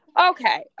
Okay